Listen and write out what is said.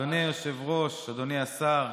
אדוני היושב-ראש, אדוני השר,